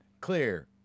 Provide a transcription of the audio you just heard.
clear